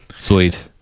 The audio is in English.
Sweet